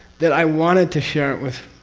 that i wanted to share it with